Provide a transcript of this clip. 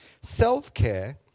Self-care